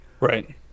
Right